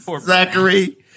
Zachary